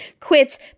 quits